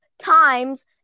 times